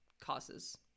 causes